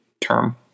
term